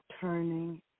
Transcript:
turning